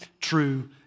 true